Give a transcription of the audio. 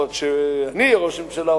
או שאני אהיה ראש ממשלה,